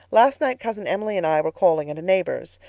last night cousin emily and i were calling at a neighbor's.